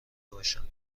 باشم